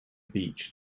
beach